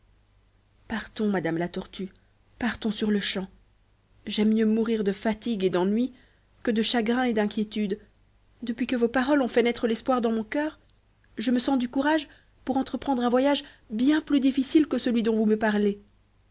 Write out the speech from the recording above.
partons madame la tortue partons sur-le-champ j'aime mieux mourir de fatigue et d'ennui que de chagrin et d'inquiétude depuis que vos paroles ont fait naître l'espoir dans mon coeur je me sens du courage pour entreprendre un voyage bien plus difficile que celui dont vous me parlez